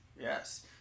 Yes